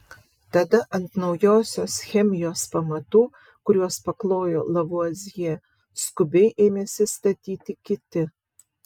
tada ant naujosios chemijos pamatų kuriuos paklojo lavuazjė skubiai ėmėsi statyti kiti